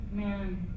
man